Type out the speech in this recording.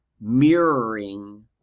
mirroring